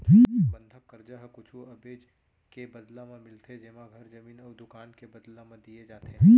बंधक करजा ह कुछु अबेज के बदला म मिलथे जेमा घर, जमीन अउ दुकान के बदला म दिये जाथे